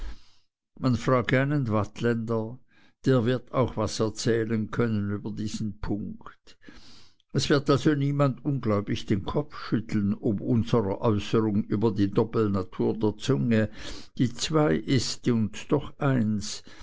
man frage einen waadtländer der wird auch was erzählen können über diesen punkt es wird also niemand ungläubig den kopf schütteln ob unserer äußerung über die doppelnatur der zunge die zwei ist und doch eins